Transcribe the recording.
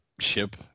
ship